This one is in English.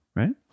right